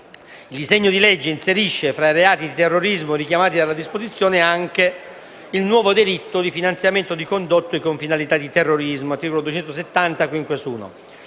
Il disegno di legge inserisce fra i reati di terrorismo richiamati dalla disposizione anche il nuovo delitto di finanziamento di condotte con finalità di terrorismo (articolo